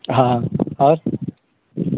हँ आओर